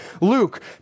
Luke